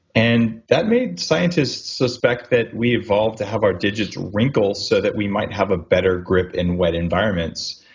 and that made scientists suspect that we evolved to have our digits wrinkle so that we might have a better grip in wet environments.